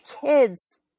kids